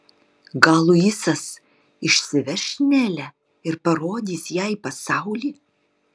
gal luisas išsiveš nelę ir parodys jai pasaulį